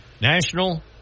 National